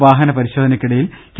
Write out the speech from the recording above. വാഹന പരിശോധനക്കിടയിൽ കെ